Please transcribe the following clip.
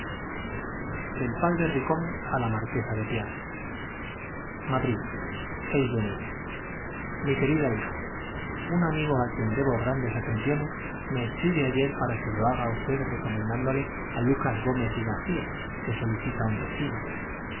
del padre bicome á la m arquesa de piave madrid de enero un á quien debo grandes mi querida hija amigo atenciones me escribe ayer para que lo haga á usted recomendándole á lucas gómez y garcía que solicita un destino